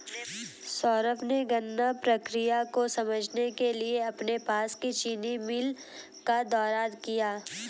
सौरभ ने गन्ना प्रक्रिया को समझने के लिए अपने पास की चीनी मिल का दौरा किया